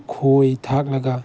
ꯈꯣꯏ ꯊꯥꯛꯂꯒ